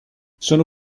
sono